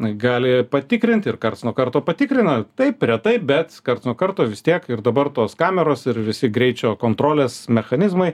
na gali patikrint ir karts nuo karto patikrina taip retai bet karts nuo karto vis tiek ir dabar tos kameros ir visi greičio kontrolės mechanizmai